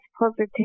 positive